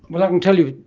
well i can tell you,